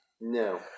No